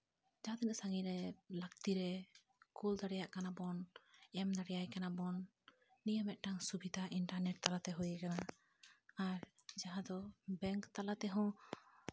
ᱡᱟᱦᱟᱸ ᱛᱤᱱᱟᱹᱜ ᱥᱟᱺᱜᱤᱧ ᱨᱮ ᱞᱟᱹᱠᱛᱤ ᱨᱮ ᱠᱳᱞ ᱫᱟᱲᱮᱭᱟᱜ ᱠᱟᱱᱟᱵᱚᱱ ᱮᱢ ᱫᱟᱲᱮᱭᱟᱭ ᱠᱟᱱᱟ ᱵᱚᱱ ᱱᱤᱭᱟᱹ ᱢᱤᱫᱴᱟᱱ ᱥᱩᱵᱤᱫᱷᱟ ᱤᱱᱴᱟᱨᱱᱮᱹᱴ ᱛᱟᱞᱟᱛᱮ ᱦᱩᱭ ᱠᱟᱱᱟ ᱟᱨ ᱡᱟᱦᱟᱸ ᱫᱚ ᱵᱮᱝᱠ ᱛᱟᱞᱟ ᱛᱮᱦᱚᱸ